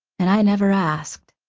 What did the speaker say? and i never asked.